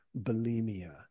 bulimia